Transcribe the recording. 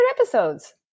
episodes